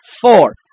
Four